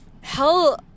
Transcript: hell